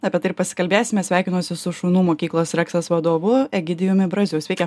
apie tai ir pasikalbėsime sveikinosi su šunų mokyklos reksas vadovu egidijumi braziu sveiki